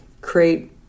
create